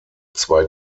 zwei